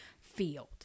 field